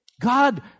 God